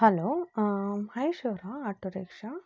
hello Harish ಅವರಾ auto rickshaw